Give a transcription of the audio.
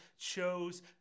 chose